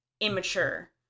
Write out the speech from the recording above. Immature